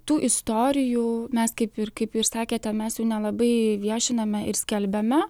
tų istorijų mes kaip ir kaip ir sakėte mes jų nelabai viešiname ir skelbiame